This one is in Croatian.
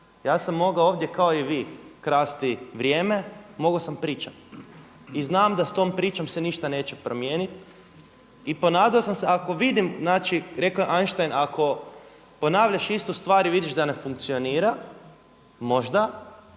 Ja sam mogao ovdje kao i vi krasti vrijeme, mogao sam pričati i znam da s tom pričom se ništa neće promijeniti i ponadao sam se ako vidim, znači rekao je Einstein ako ponavljaš istu stvar ustvari vidiš da ne funkcionira možda